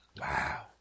Wow